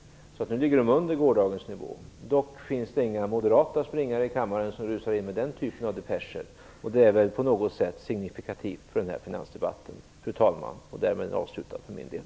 Nu ligger de under gårdagens nivå. Dock finns det inga moderata springare i kammaren som rusar in med den typen av depescher. På något sätt är det signifikativt för den här finansdebatten som, fru talman, därmed är avslutad för min del.